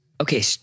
Okay